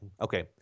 Okay